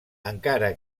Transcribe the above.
encara